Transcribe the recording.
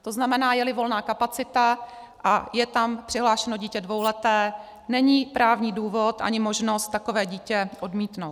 To znamená, jeli volná kapacita a je tam přihlášeno dítě dvouleté, není právní důvod ani možnost takové dítě odmítnout.